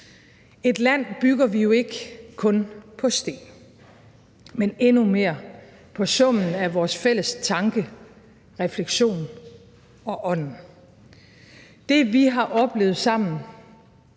Et land bygger vi jo ikke kun på sten, men endnu mere på summen af vores fælles tanker, refleksioner og ånd. Det, vi har oplevet sammen,